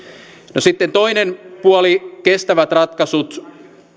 no sitten toinen puoli kestävät ratkaisut